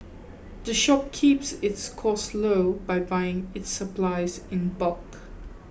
the shop keeps its costs low by buying its supplies in bulk